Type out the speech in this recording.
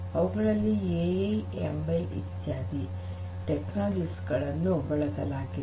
ಅವುಗಳಲ್ಲಿ AI ML ಇತ್ಯಾದಿ technologies ಗಳನ್ನು ಬಳಸಲಾಗಿದೆ